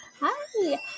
Hi